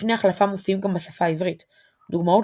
צפני החלפה מופיעים גם בשפה העברית; דוגמאות